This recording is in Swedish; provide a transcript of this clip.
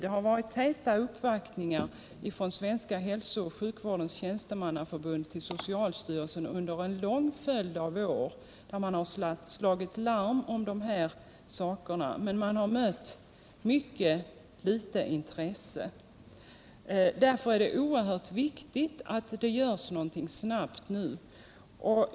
Det har varit täta uppvaktningar från Svenska hälsooch sjukvårdens tjänstemannaförbund till socialstyrelsen under en lång följd av år. Man har slagit larm om denna sak, men man har noterat mycket litet intresse. Därför är det viktigt att det görs någonting snabbt nu.